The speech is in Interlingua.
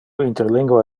interlingua